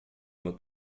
uma